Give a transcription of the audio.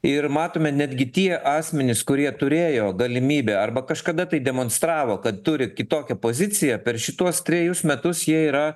ir matome netgi tie asmenys kurie turėjo galimybę arba kažkada tai demonstravo kad turi kitokią poziciją per šituos trejus metus jie yra